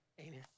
amen